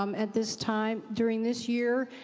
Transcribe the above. um at this time, during this year,